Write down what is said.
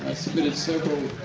submitted several